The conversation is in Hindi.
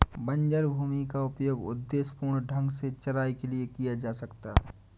बंजर भूमि का उपयोग उद्देश्यपूर्ण ढंग से चराई के लिए किया जा सकता है